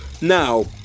now